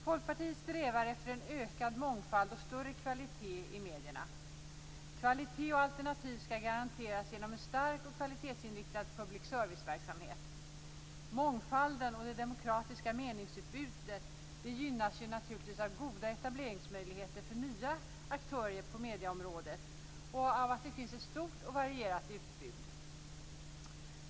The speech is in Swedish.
Folkpartiet strävar efter en ökad mångfald och större kvalitet i medierna. Kvalitet och alternativ skall garanteras genom en stark och kvalitetsinriktad public service-verksamhet. Mångfalden och det demokratiska meningsutbytet gynnas naturligtvis av goda etableringsmöjligheter för nya aktörer på medieområdet och av att det finns ett stort och varierat utbud.